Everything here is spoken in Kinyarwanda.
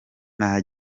nta